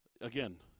again